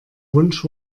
wunsch